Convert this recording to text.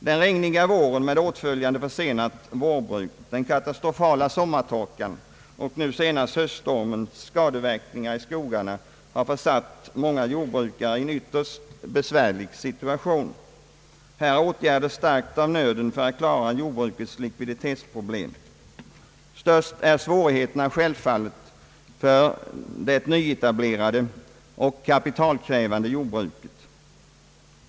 Den regniga våren med åtföljande försenat vårbruk, den katastrofala sommartorkan och nu senast höststormens skadeverkningar i skogarna har försatt många jordbrukare i en ytterst besvärlig situation. Här är åtgärder starkt av nöden för att klara jordbrukets likviditetsproblem. Störst är svårigheterna självfallet för det nyetablerade och kapitalkrävande jordbruket.